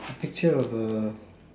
a picture of the